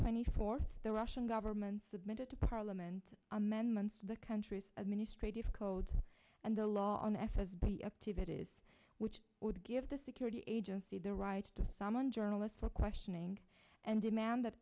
twenty fourth the russian government submitted to parliament amendments the country's administrative code and the law on f s b of t v it is which would give the security agency the right to summon journalists for questioning and demand that